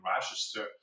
Rochester